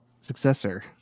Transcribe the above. successor